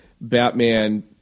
batman